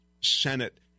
Senate